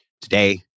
today